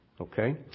Okay